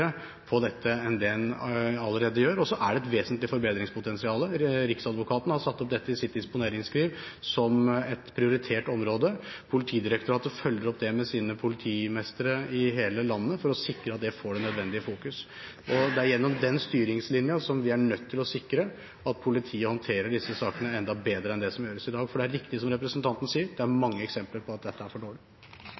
på dette enn det en allerede gjør. Og så er det et vesentlig forbedringspotensial. Riksadvokaten har satt opp dette i sitt disponeringsskriv som et prioritert område, og Politidirektoratet følger opp det med sine politimestere i hele landet for å sikre at det får det nødvendige fokus. Det er gjennom den styringslinja vi er nødt til å sikre at politiet håndterer disse sakene enda bedre enn det som gjøres i dag, for det er riktig som representanten sier; det er mange eksempler på at dette er for dårlig.